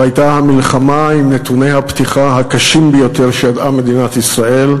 זו הייתה המלחמה עם נתוני הפתיחה הקשים ביותר שידעה מדינת ישראל,